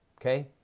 okay